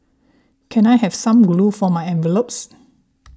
can I have some glue for my envelopes